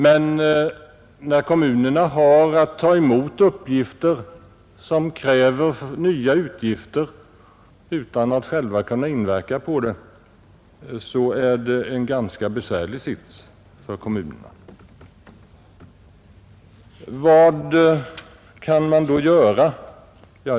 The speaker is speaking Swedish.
Men när kommunerna har att ta emot uppgifter, som kräver nya utgifter, utan att själva kunna inverka på detta, så är det en ganska besvärlig sits för dem. Vad kan man då göra?